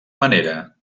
manera